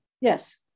Yes